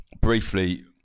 briefly